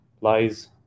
lies